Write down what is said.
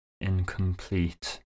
incomplete